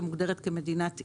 שמוגדרת כמדינת אי.